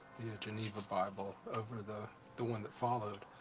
geneva bible, over the the one that followed.